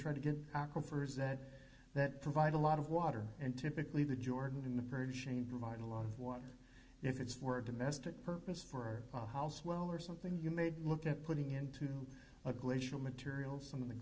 trying to get aquifers that that provide a lot of water and typically the jordan in the persian provides a lot of water if it's for a domestic purpose for a house well or something you may look at putting into a glacial material some of the